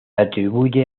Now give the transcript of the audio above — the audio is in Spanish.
atribuye